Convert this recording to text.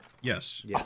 Yes